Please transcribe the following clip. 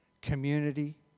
community